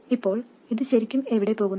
ഇപ്പോൾ ഇത് ശരിക്കും എവിടെ പോകുന്നു